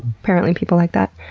apparently, people like that.